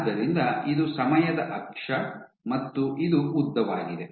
ಆದ್ದರಿಂದ ಇದು ಸಮಯದ ಅಕ್ಷ ಮತ್ತು ಇದು ಉದ್ದವಾಗಿದೆ